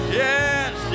yes